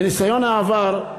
מניסיון העבר,